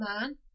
man